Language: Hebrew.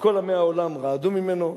שכל עמי העולם רעדו ממנו,